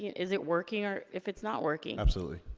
is it working, or if it's not working. absolutely,